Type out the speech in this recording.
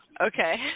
Okay